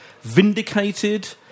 vindicated